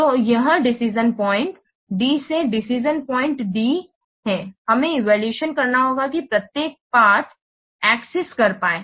तो यह decision point D से डिसिशन पॉइंट D है हमें इवैल्यूएशन करना होगा कि प्रत्येक पाथ एक्सेस कर पाए